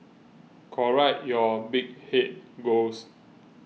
correct your big head ghost